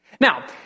Now